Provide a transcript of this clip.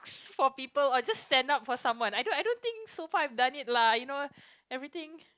for people I just stand up for someone I don't I don't think so far I've done it lah you know everything